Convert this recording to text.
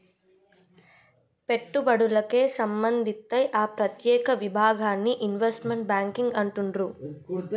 పెట్టుబడులకే సంబంధిత్తే ఆ ప్రత్యేక విభాగాన్ని ఇన్వెస్ట్మెంట్ బ్యేంకింగ్ అంటుండ్రు